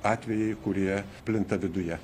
atvejai kurie plinta viduje